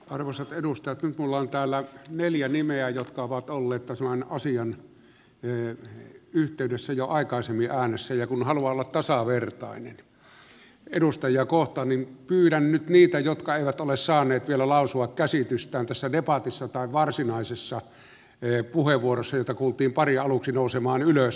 arvoisat edustajat nyt minulla on täällä neljä nimeä jotka ovat olleet tämän asian yhteydessä jo aikaisemmin äänessä ja kun haluan olla tasavertainen edustajia kohtaan niin pyydän nyt niitä jotka eivät ole saaneet vielä lausua käsitystään tässä debatissa tai varsinaisissa puheenvuoroissa joita kuultiin pari aluksi nousemaan ylös